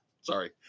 Sorry